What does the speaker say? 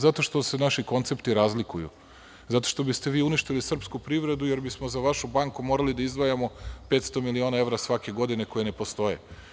Zato što se naši koncepti razlikuju, zato što biste vi uništili srpsku privredu jer bismo za vašu banku morali da izdvajamo 500 miliona evra svake godine koje ne postoje.